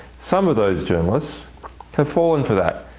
some of those journalists have fallen for that.